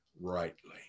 rightly